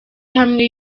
ihamye